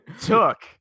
took